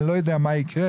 אני לא יודע מה יקרה